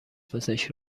پزشک